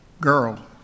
girl